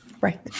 Right